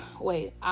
Wait